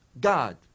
God